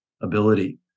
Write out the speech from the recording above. ability